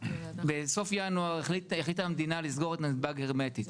בסוף ינואר החליטה המדינה לסגור את נתב"ג הרמטית,